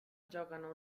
giocano